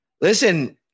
listen